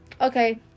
okay